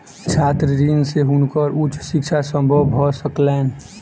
छात्र ऋण से हुनकर उच्च शिक्षा संभव भ सकलैन